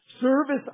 Service